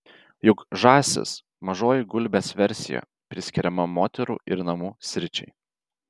juk žąsis mažoji gulbės versija priskiriama moterų ir namų sričiai